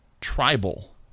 Tribal